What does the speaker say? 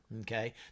okay